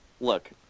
look